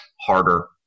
harder